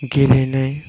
गेलेनाय